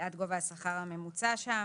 עד גובה השכר הממוצע שם.